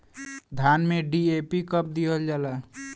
धान में डी.ए.पी कब दिहल जाला?